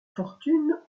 fortune